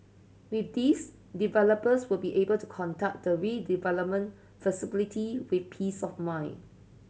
with this developers will be able to conduct the redevelopment feasibility with peace of mind